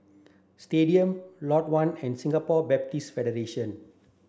Stadium Lot One and Singapore Buddhist Federation